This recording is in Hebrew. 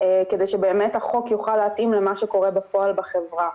כדי שבאמת החוק יוכל להתאים למה שקורה בפועל בחברה.